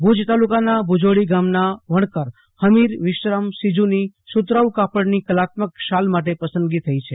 ભુજ તાલુકાના ભુજોડી ગામના વણકર હમીર વિશ્રામ સીજુની સુતરાઉ કાપડની કલાત્મક શાલ માટે પસંદગી થઇ છે